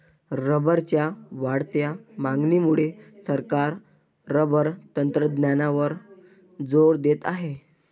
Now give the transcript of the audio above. रबरच्या वाढत्या मागणीमुळे सरकार रबर तंत्रज्ञानावर जोर देत आहे